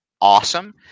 awesome